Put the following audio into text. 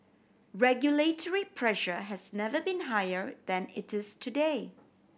regulatory pressure has never been higher than it is today